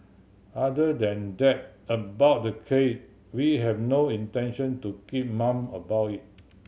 other than that about the case we have no intention to keep mum about it